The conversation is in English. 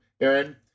Aaron